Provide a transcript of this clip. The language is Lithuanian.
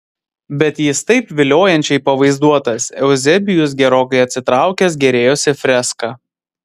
bet jis taip viliojančiai pavaizduotas euzebijus gerokai atsitraukęs gėrėjosi freska